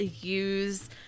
use